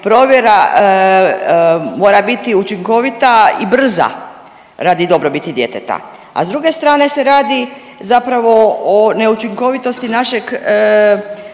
provjera mora biti učinkovita i brza radi dobrobiti djeteta. A s druge strane se radi zapravo o neučinkovitosti našeg,